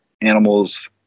animals